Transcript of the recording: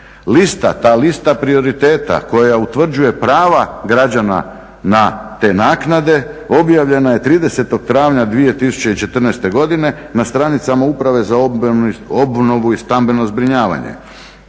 Lista, ta lista prioriteta koja utvrđuje prva građana na te naknade objavljena je 30. travnja 2014. godine na stranicama Uprave za obnovu i stambeno zbrinjavanje.